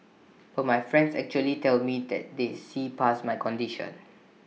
but my friends actually tell me that they see past my condition